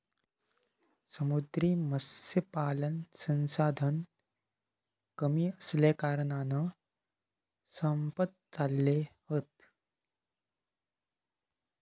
समुद्री मत्स्यपालन संसाधन कमी असल्याकारणान संपत चालले हत